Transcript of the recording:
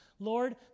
Lord